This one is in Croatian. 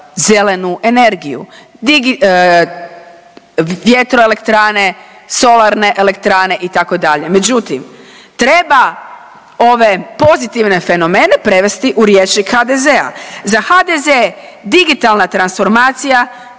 zelenu energiju, vjetroelektrane, solarne elektrane itd. Međutim, treba ove pozitivne fenomene prevesti u rječnik HDZ-a. Za HDZ digitalna transformacija